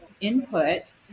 input